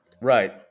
Right